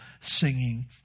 singing